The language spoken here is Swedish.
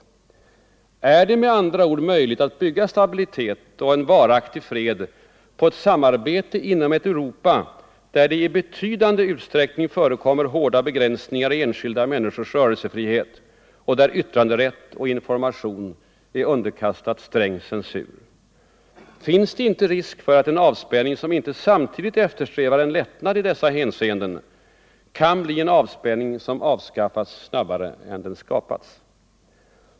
89 Är det med andra ord möjligt att bygga stabilitet och en varaktig fred på ett samarbete inom ett Europa där det i betydande utsträckning förekommer hårda begränsningar i enskilda människors rörelsefrihet och där yttranderätt och information är underkastade sträng censur? Finns det inte risk för att en avspänning som inte samtidigt eftersträvar en lättnad i dessa hänseenden kan bli en avspänning som avskaffas snabbare än den skapats?